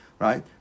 Right